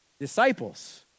disciples